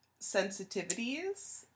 sensitivities